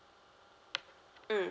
mm